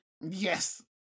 Yes